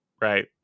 Right